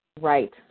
Right